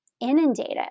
inundated